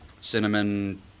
cinnamon